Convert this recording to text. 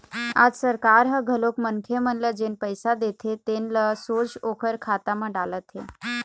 आज सरकार ह घलोक मनखे मन ल जेन पइसा देथे तेन ल सोझ ओखर खाता म डालत हे